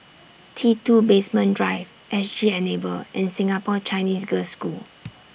T two Basement Drive S G Enable and Singapore Chinese Girls' School